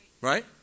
Right